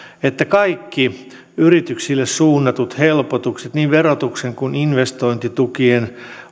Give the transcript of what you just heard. että kaikki yrityksille suunnatut helpotukset niin verotuksen kuin investointitukienkin